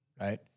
right